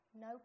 no